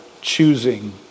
choosing